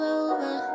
over